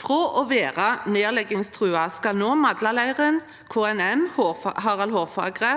Fra å være nedleggingstruet skal nå Madlaleiren, med KNM Harald Hårfagre,